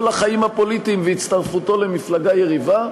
לחיים הפוליטיים ואת הצטרפותו למפלגה יריבה,